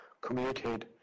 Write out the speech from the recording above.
communicate